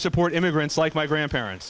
to support immigrants like my grandparents